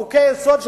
חוק-יסוד: